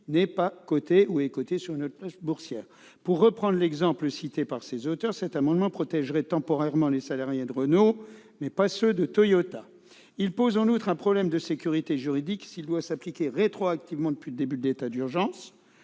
n'est pas cotée ou est cotée sur une autre place boursière. Pour reprendre l'exemple cité par ses auteurs, cet amendement protégerait temporairement les salariés de Renault, mais pas ceux de Toyota. Il pose en outre un problème de sécurité juridique s'il doit s'appliquer rétroactivement depuis le début de l'état d'urgence